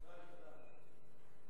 לוועדת הכלכלה נתקבלה.